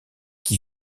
qui